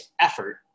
effort